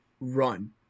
run